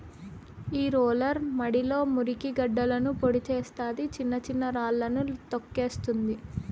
ఈ రోలర్ మడిలో మురికి గడ్డలను పొడి చేస్తాది, చిన్న చిన్న రాళ్ళను తోక్కేస్తుంది